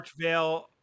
archvale